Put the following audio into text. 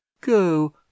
go